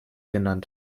genannt